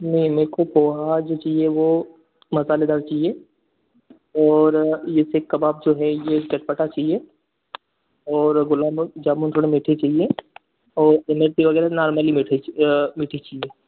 नहीं मेरे को पोहा जो चाहिए वह मसालेदार चाहिए और ये सीख कबाब जो है वह चटपटा चाहिए और गुलाब बह जामुन थोड़ा मीठे चाहिए और इमारती वगैरह नार्मली मीठे अ मीठी चाहिए